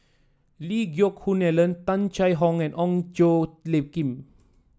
Lee Geck Hoon Ellen Tung Chye Hong and Ong Tjoe Kim